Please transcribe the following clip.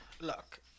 Look